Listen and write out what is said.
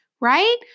right